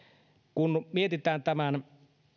kun mietitään tämän